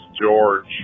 George